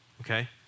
okay